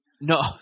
No